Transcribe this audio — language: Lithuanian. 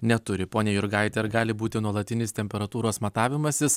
neturi pone jurgaiti ar gali būti nuolatinis temperatūros matavimasis